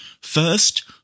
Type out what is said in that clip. First